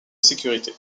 sécurité